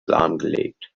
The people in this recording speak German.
lahmgelegt